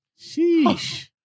Sheesh